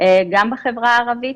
גם בחברה הערבית,